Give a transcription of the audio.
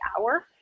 hour